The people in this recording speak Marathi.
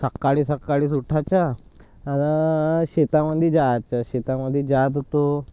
सकाळी सकाळीच उठायचं आणि शेतामध्ये जायचं शेतामध्ये जात होतो